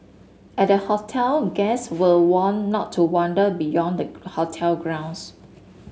at the hotel guests were warned not to wander beyond the hotel grounds